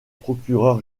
procureur